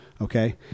Okay